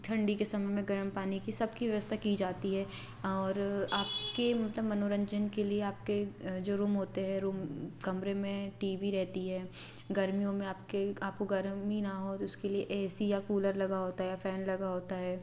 ठंडी के समय में गर्म पानी की सबकी व्यवस्था की जाती है और आपके मनोरंजन के लिए आपके जो रूम होते हैं रूम कमरे में टी वी रहता है गर्मियों में आपके आपको गर्मी ना हो उसके लिए ए सी या कूलर लगा होता है या फ़ैन लगा होता है